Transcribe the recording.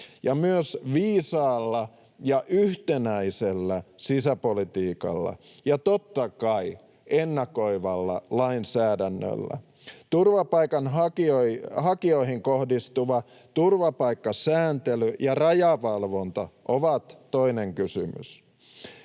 ja myös viisaalla ja yhtenäisellä sisäpolitiikalla ja totta kai ennakoivalla lainsäädännöllä. Turvapaikanhakijoihin kohdistuva turvapaikkasääntely ja rajavalvonta ovat toinen kysymys.